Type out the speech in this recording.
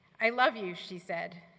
i love you, she said.